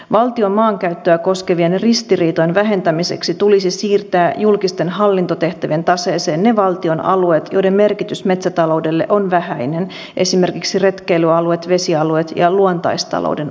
valtion maankäyttöä koskevien ristiriitojen vähentämiseksi tulisi siirtää julkisten hallintotehtävien taseeseen ne valtion alueet joiden merkitys metsätaloudelle on vähäinen esimerkiksi retkeilyalueet vesialueet ja luontaistalouden alueet